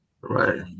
right